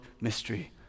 mystery